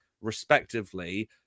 respectively